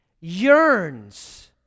yearns